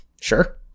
Sure